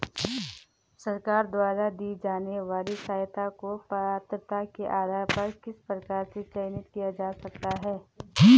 सरकार द्वारा दी जाने वाली सहायता को पात्रता के आधार पर किस प्रकार से चयनित किया जा सकता है?